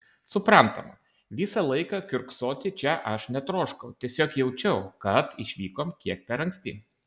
suprantama visą laiką kiurksoti čia aš netroškau tiesiog jaučiau kad išvykom kiek per anksti